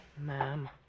ma'am